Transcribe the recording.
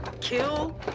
Kill